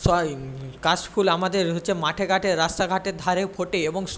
কাশ ফুল আমাদের হচ্ছে মাঠে ঘাটে রাস্তাঘাটের ধারে ফোটে এবং